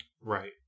Right